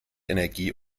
energie